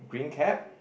green cap